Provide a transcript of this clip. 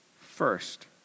first